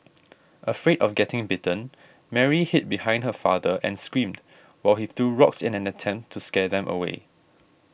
afraid of getting bitten Mary hid behind her father and screamed while he threw rocks in an attempt to scare them away